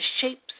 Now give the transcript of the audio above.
shapes